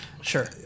Sure